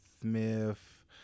Smith